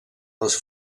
les